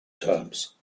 terms